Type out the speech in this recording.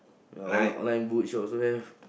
ya on~ online bookshop also have